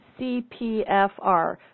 CPFR